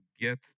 get